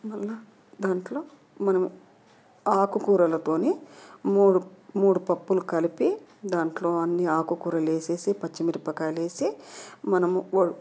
మళ్ళా దాంట్లో మనం ఆకుకూరలతోని మూడు మూడు పప్పులు కలిపి దాంట్లో అన్ని ఆకుకూరలేసేసి పచ్చిమిరపకాయలు వేసి మనము ఓ